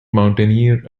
mountaineer